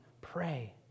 Pray